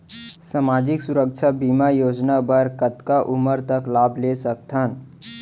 सामाजिक सुरक्षा बीमा योजना बर कतका उमर तक लाभ ले सकथन?